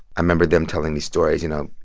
i remember them telling me stories, you know?